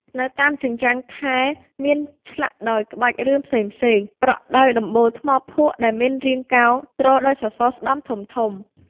នៅតាមជញ្ជាំងថែរ មានធ្លាក់ដោយក្បាច់រឿងផ្សេងៗ ប្រក់ដោយដំបូលថ្មភក់ដែលមានរាងកោង ទ្រដោយសសរស្តម្ភធំៗ។